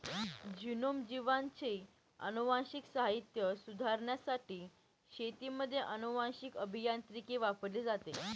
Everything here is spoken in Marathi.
जीनोम, जीवांचे अनुवांशिक साहित्य सुधारण्यासाठी शेतीमध्ये अनुवांशीक अभियांत्रिकी वापरली जाते